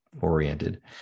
oriented